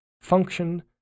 function